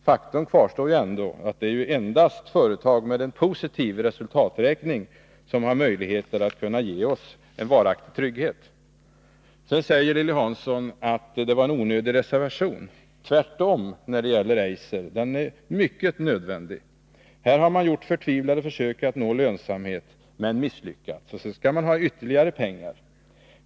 Faktum kvarstår att det endast är företag med en positiv resultaträkning som har möjligheter att ge oss en varaktig trygghet. Lilly Hansson sade också att reservationen när det gäller Eiser var onödig. Tvärtom! Den är mycket nödvändig. Här har man gjort förtvivlade försök att nå lönsamhet, men misslyckats. Sedan skall man ha ytterligare pengar.